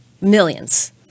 millions